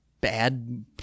bad